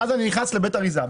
ואז אני נכנס לבית אריזה.